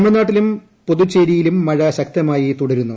തമിഴ്നാട്ടിലും പുതുശ്ശേരിയിലും മഴ ശക്തമായി തുടരുന്നു